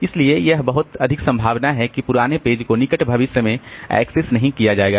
इसलिए यह बहुत अधिक संभावना है कि पुराने पेज को निकट भविष्य में एक्सेस नहीं किया जाएगा